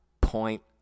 Point